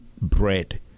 bread